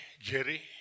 Jerry